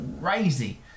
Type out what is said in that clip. crazy